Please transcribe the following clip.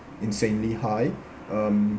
insanely high um